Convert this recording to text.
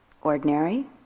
ordinary